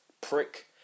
prick